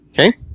Okay